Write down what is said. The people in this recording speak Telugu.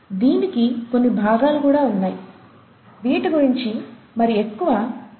దీనికి కొన్ని భాగాలు కూడా ఉన్నాయి వీటి గురించి మరి ఎక్కువ ఆలోచించనవసరం లేదు